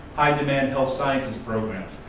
high-demand health sciences programs.